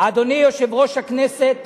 אדוני יושב-ראש הכנסת,